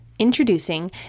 Introducing